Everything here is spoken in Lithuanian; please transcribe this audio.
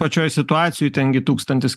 pačioj situacijoj ten gi tūkstantis